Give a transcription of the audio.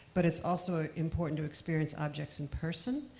but it's also important to experience objects in person,